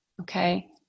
Okay